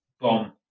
bomb